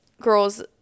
girls